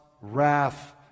wrath